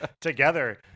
together